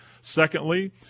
Secondly